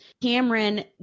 Cameron